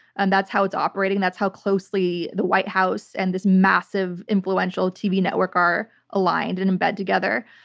and that's how it's operating, that's how closely the white house and this massive influential tv network are aligned and in bed together.